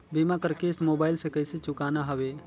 बीमा कर किस्त मोबाइल से कइसे चुकाना हवे